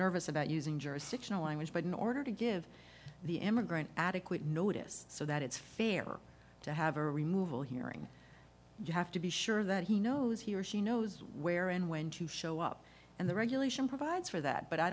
nervous about using jurisdictional language but in order to give the immigrant adequate notice so that it's fair to have a removal hearing you have to be sure that he knows he or she knows where and when to show up and the regulation provides for that but i